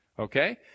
Okay